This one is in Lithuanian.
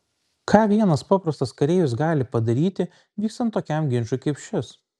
ką vienas paprastas kareivis gali padaryti vykstant tokiam ginčui kaip šis